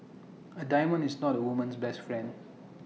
A diamond is not A woman's best friend